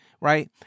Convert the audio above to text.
right